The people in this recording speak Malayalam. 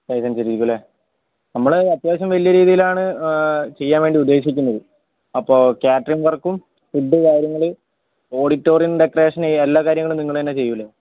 സൈസ് അനുസരിച്ചിരിക്കും അല്ലേ നമ്മൾ അത്യാവശ്യം വലിയ രീതിയിലാണ് ചെയ്യാൻ വേണ്ടി ഉദ്ദേശിക്കുന്നത് അപ്പോൾ കാറ്ററിംഗ് വർക്കും ഫുഡ് കാര്യങ്ങൾ ഓഡിറ്റോറിയം ഡെക്കറേഷൻ എല്ലാ കാര്യങ്ങളും നിങ്ങൾ തന്നെ ചെയ്യില്ലേ